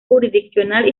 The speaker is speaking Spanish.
jurisdiccional